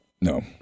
no